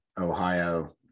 Ohio